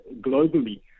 globally